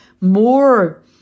more